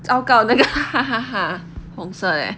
糟糕那个 ha ha ha ha 红色 leh